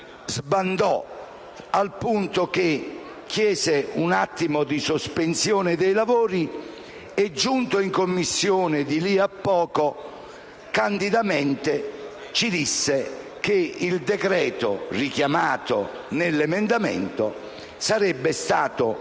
sbandamento, al punto che chiese un momento di sospensione dei lavori, e, giunto in Commissione di lì a poco, candidamente ci disse che il decreto richiamato nell'emendamento sarebbe stato